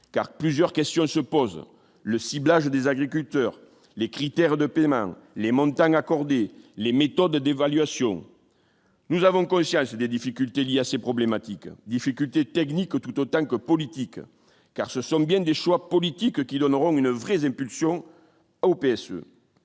car plusieurs questions se posent : le ciblage des agriculteurs, les critères de paiement, les montagnes, les méthodes d'évaluation, nous avons conscience des difficultés liées à ces problématiques difficultés techniques tout autant que politique, car ce sont bien des choix politiques qui donneront une vraie impulsion au PS